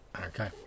okay